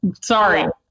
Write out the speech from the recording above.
Sorry